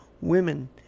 women